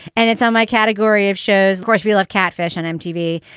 and it's on my category of shows. of course, we love catfish on mtv.